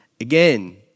again